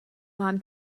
mám